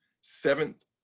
seventh